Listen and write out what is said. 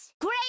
Great